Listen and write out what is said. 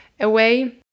away